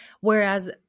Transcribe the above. Whereas